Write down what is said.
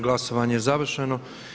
Glasovanje je završeno.